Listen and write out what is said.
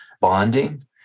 bonding